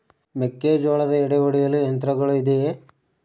ಮೆಕ್ಕೆಜೋಳದ ಎಡೆ ಒಡೆಯಲು ಯಂತ್ರಗಳು ಇದೆಯೆ?